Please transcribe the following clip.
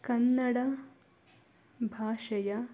ಕನ್ನಡ ಭಾಷೆಯ